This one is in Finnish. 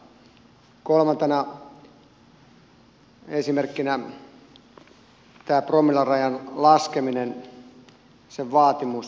kolmantena esimerkkinä tämä promillerajan laskeminen sen vaatimus